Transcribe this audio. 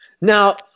Now